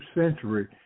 century